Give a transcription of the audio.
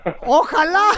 ¡Ojalá